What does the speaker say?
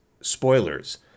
spoilers –